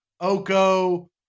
Oko